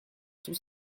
tous